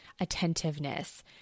attentiveness